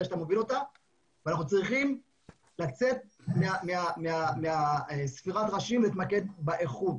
שאתה מוביל אותה ואנחנו צריכים לצאת מספירת ראשים ולהתמקד באיכות.